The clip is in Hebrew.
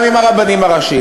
גם עם הרבנים הראשיים,